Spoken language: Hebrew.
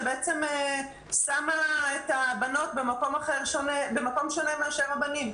שבעצם שמה את הבנות במקום שונה מאשר הבנים.